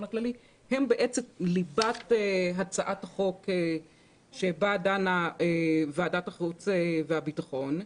הכללי הן בעצם ליבת הצעת החוק שבה דנה ועדת החוץ והביטחון.